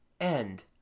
End